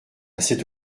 cette